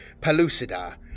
Pellucidar